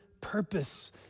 purpose